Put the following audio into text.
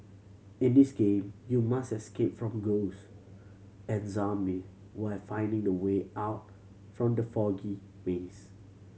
in this game you must escape from ghost and zombies while finding the way out from the foggy maze